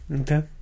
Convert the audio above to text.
okay